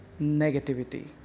negativity